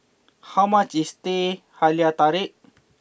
how much is Teh Halia Tarik